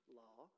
law